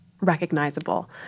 recognizable